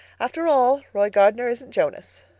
after all, roy gardner isn't jonas.